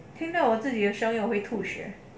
听得我自己的声音我会吐血